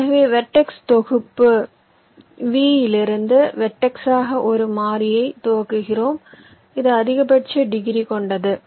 ஆகவே வெர்டெக்ஸ் தொகுப்பு V இலிருந்து வெர்டெக்ஸாக ஒரு மாறி ஐ துவக்குகிறோம் இது அதிகபட்ச டிகிரி கொண்டது